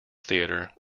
theatre